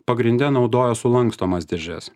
pagrinde naudoja sulankstomas dėžes